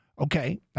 okay